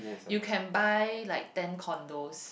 you can buy like ten condos